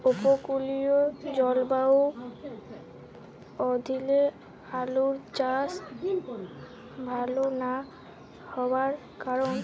উপকূলীয় জলবায়ু অঞ্চলে আলুর চাষ ভাল না হওয়ার কারণ?